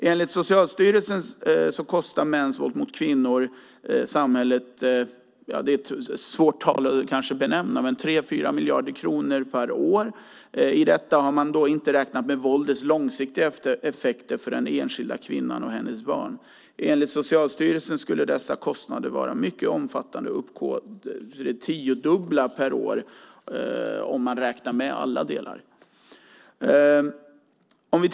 Enligt Socialstyrelsen kostar mäns våld mot kvinnor samhället kanske 3-4 miljarder kronor per år. I detta har man inte räknat in våldets långsiktiga effekter för den enskilda kvinnan och hennes barn. Enligt Socialstyrelsen skulle dessa kostnader vara mycket omfattande och uppgå till det tiodubbla per år om man räknade med alla delar.